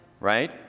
right